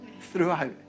throughout